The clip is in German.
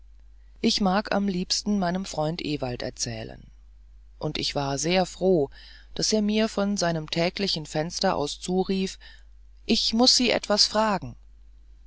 ich mag am liebsten meinem freund ewald erzählen und ich war sehr froh als er mir von seinem täglichen fenster aus zurief ich muß sie etwas fragen